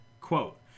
quote